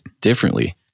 differently